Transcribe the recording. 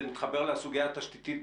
זה מתחבר לסוגיה התשתיתית.